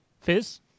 Fizz